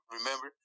Remember